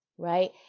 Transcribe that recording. right